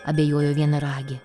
abejojo vienaragė